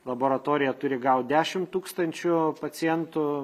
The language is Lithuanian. laboratorija turi gaut dešimt tūkstančių pacientų